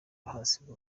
bahasiga